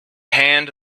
hand